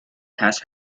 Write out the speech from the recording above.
has